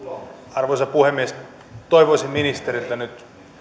arvoisa puhemies toivoisin ministeriltä nyt